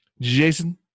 Jason